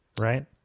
Right